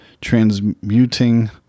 transmuting